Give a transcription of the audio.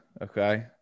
Okay